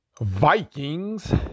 Vikings